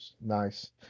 nice